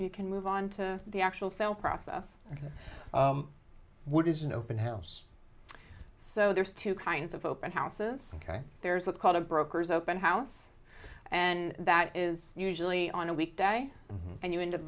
you can move on to the actual sale process ok what is an open house so there's two kinds of open houses ok there's what's called a broker's open house and that is usually on a weekday and you